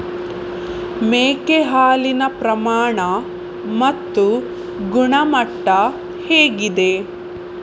ಮೇಕೆ ಹಾಲಿನ ಪ್ರಮಾಣ ಮತ್ತು ಗುಣಮಟ್ಟ ಹೇಗಿದೆ?